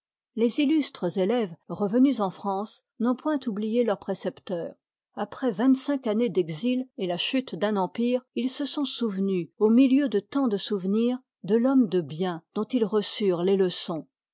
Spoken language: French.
les illustres élèves revenus en france n'ont point oublié leurs précepteurs après ringt cinq années d'exil et la chute d'un empire ils se sont souvenus au milieu do tant de souvenirs de l'homme de bien dont ils reçurent les leçons